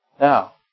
Now